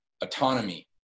autonomy